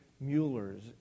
Mueller's